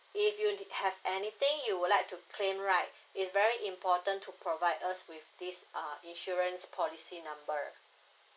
if you did have anything you would like to claim right it's very important to provide us with this uh insurance policy numbers